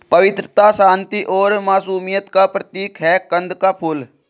पवित्रता, शांति और मासूमियत का प्रतीक है कंद का फूल